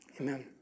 amen